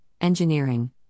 Engineering